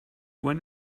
when